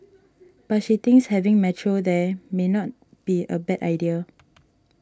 but she thinks having Metro there may not be a bad idea